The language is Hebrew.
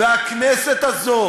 והכנסת הזאת